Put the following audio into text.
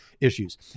issues